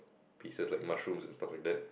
pieces like mushrooms and stuffs like that